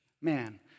Man